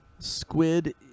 Squid